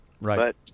Right